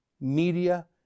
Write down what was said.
media